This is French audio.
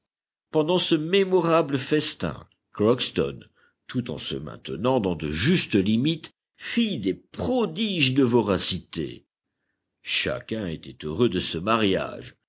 pendant ce mémorable festin crockston tout en se maintenant dans de justes limites fit des prodiges de voracité chacun était heureux de ce mariage